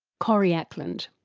corrie ackland.